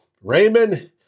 Raymond